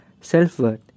self-worth